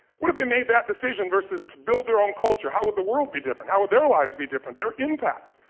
what if they made that decision versus to build their own culture? would the world be different? how would their lives be different, their impact?